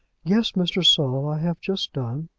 yes, mr. saul, i have just done.